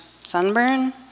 sunburn